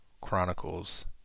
Chronicles